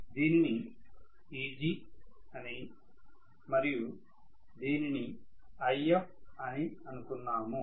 దీనిని Egఅని మరియు దీనిని If అని అనుకున్నాము